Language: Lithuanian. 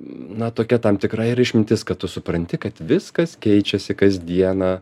na tokia tam tikra ir išmintis kad tu supranti kad viskas keičiasi kasdieną